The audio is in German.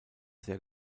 sehr